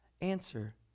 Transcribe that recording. answer